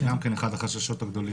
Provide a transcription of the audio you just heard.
הוא גם כן אחד החששות הגדולים